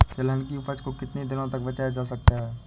तिलहन की उपज को कितनी दिनों तक बचाया जा सकता है?